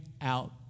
out